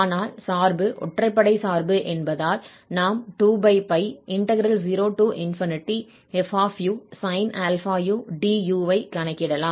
ஆனால் சார்பு ஒற்றைப்படை என்பதால் நாம் 20fusin αu du ஐ கணக்கிடலாம்